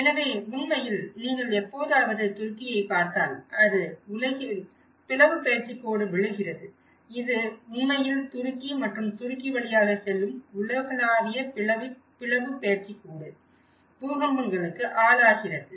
எனவே உண்மையில் நீங்கள் எப்போதாவது துருக்கியைப் பார்த்தால் அது உண்மையில் உலகில் பிளவுப்பெயர்ச்சி கோடு விழுகிறது இது உண்மையில் துருக்கி மற்றும் துருக்கி வழியாக செல்லும் உலகளாவிய பிளவுப்பெயர்ச்சி கோடு பூகம்பங்களுக்கு ஆளாகிறது